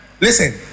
Listen